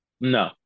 No